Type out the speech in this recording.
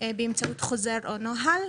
באמצעות חוזר או נוהל.